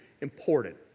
important